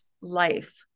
life